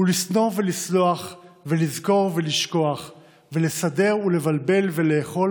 // ולשנוא ולסלוח ולזכור ולשכוח / ולסדר ולבלבל ולאכול